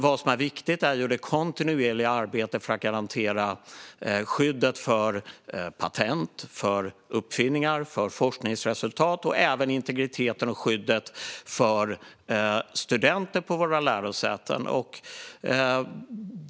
Vad som är viktigt är det kontinuerliga arbetet för att garantera skyddet för patent för uppfinningar och för forskningsresultat och även integriteten och skyddet för studenter på våra lärosäten.